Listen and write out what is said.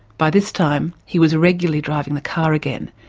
by this time he was regularly driving the car again.